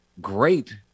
great